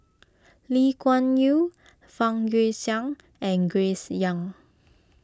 Lee Kuan Yew Fang Guixiang and Grace Young